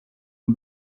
num